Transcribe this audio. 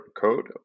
code